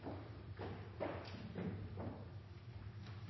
takk